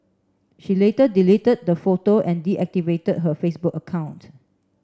she later deleted the photo and deactivated her Facebook account